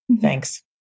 Thanks